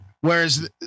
Whereas